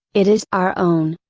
it is our own.